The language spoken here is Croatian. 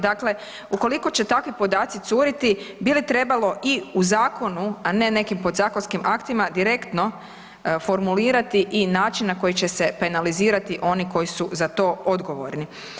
Dakle, ukoliko će takvi podaci curiti, bi li trebalo i u Zakonu, a ne nekim podzakonskim aktima direktno formulirati i način na koji će se penalizirati oni koji su za to odgovori?